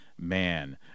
man